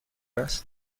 است